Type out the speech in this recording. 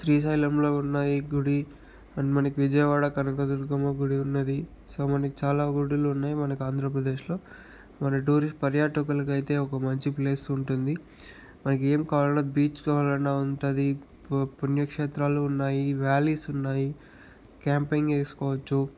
శ్రీశైలంలో ఉన్నాయి గుడి అండ్ మనకి విజయవాడ కనకదుర్గమ్మ గుడి ఉన్నది సో మనకు చాలా గుడులు ఉన్నాయి మనకి ఆంధ్రప్రదేశ్లో మన టూరిస్ట్ పర్యాటకులకి అయితే ఒక మంచి ప్లేస్ ఉంటుంది మనకి ఏది కావాలన్నా బీచ్ కావాలన్నా ఉంటుంది పు పుణ్యక్షేత్రాలు ఉన్నాయి వ్యాలీస్ ఉన్నాయి క్యాంపింగ్ వేసుకోవచ్చు